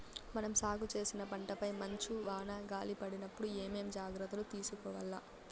మనం సాగు చేసిన పంటపై మంచు, వాన, గాలి పడినప్పుడు ఏమేం జాగ్రత్తలు తీసుకోవల్ల?